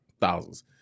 thousands